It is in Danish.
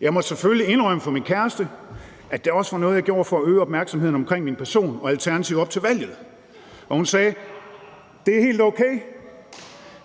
Jeg måtte selvfølgelig indrømme for min kæreste, at det også var noget, jeg gjorde for at øge opmærksomheden omkring min person og Alternativet op til valget, og hun sagde: Det er helt okay;